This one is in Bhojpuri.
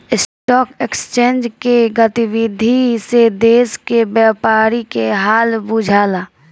स्टॉक एक्सचेंज के गतिविधि से देश के व्यापारी के हाल बुझला